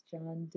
John